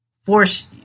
force